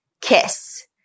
kiss